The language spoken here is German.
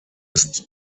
ist